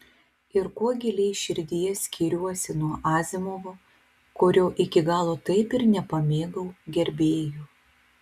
ir kuo giliai širdyje skiriuosi nuo azimovo kurio iki galo taip ir nepamėgau gerbėjų